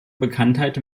bekanntheit